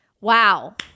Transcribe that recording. Wow